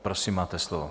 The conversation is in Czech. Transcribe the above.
Prosím, máte slovo.